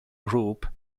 group